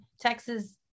Texas